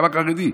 גם החרדי,